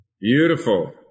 Beautiful